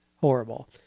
horrible